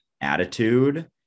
attitude